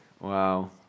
Wow